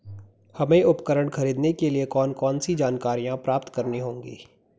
हमें उपकरण खरीदने के लिए कौन कौन सी जानकारियां प्राप्त करनी होगी?